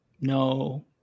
no